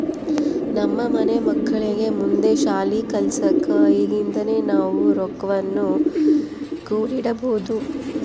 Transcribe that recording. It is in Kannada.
ನಮ್ಮ ಮನೆ ಮಕ್ಕಳಿಗೆ ಮುಂದೆ ಶಾಲಿ ಕಲ್ಸಕ ಈಗಿಂದನೇ ನಾವು ರೊಕ್ವನ್ನು ಕೂಡಿಡಬೋದು